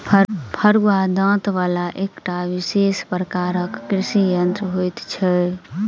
फरूआ दाँत बला एकटा विशेष प्रकारक कृषि यंत्र होइत छै